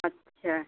अच्छा